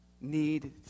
need